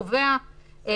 סעיף 4(ב) קובע --- אדוני,